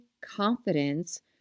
confidence